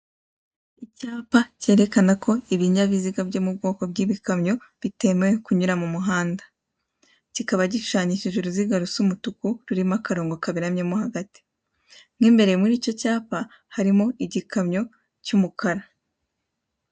Icyapa kerekana ko ibinyabiziga byo mu bwoko bw'ibikamyo bitemewe ku nyura mu muhanda, kikaba gishushanyishije uruziga rusa umutuku rurimo akarongo kaberamye mo hagati, mo imbere muri icyo cyapa harimo igikamyo cy'umukara.